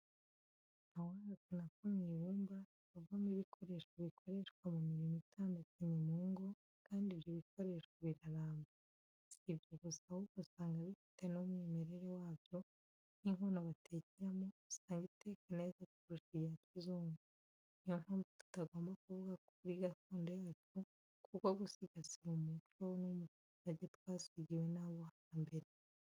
Ntawahakana ko mu ibumba havamo ibikoresho bikoreshwa mu mirimo itandukanye mu ngo, kandi ibyo bikoresho biraramba. Si ibyo gusa, ahubwo usanga bifite n'umwimerere wabyo nk'inkono batekeramo, usanga iteka neza kurusha ibya kizungu. Niyo mpamvu tutagomba kuva kuri gakondo yacu kuko gusigasira umuco n'umurage twasigiwe n'abo hambere.